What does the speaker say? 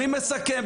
אני מסכם.